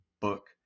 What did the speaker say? book